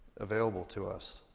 available to us.